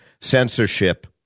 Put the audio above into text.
censorship